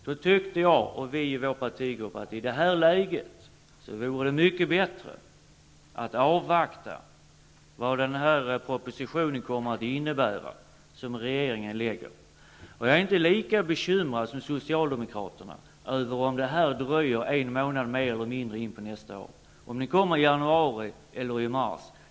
Vi tyckte då i vår partigrupp att det i detta läge vore mycket bättre att avvakta och se vad propositionen kommer att innehålla. Jag är inte lika bekymrad som socialdemokraterna om propositionen dröjer en eller annan månad in på nästa år, dvs. om den kommer i januari eller i mars.